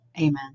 Amen